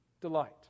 delight